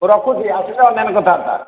ହଉ ରଖୁଛି ଆସିଲେ ଆମେ କଥାବାର୍ତ୍ତା